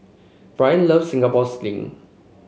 Brian loves Singapore Sling